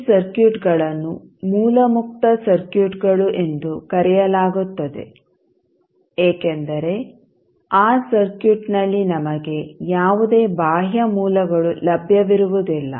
ಈ ಸರ್ಕ್ಯೂಟ್ಗಳನ್ನು ಮೂಲ ಮುಕ್ತ ಸರ್ಕ್ಯೂಟ್ಗಳು ಎಂದು ಕರೆಯಲಾಗುತ್ತದೆ ಏಕೆಂದರೆ ಆ ಸರ್ಕ್ಯೂಟ್ನಲ್ಲಿ ನಮಗೆ ಯಾವುದೇ ಬಾಹ್ಯ ಮೂಲಗಳು ಲಭ್ಯವಿರುವುದಿಲ್ಲ